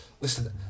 listen